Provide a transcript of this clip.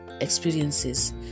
experiences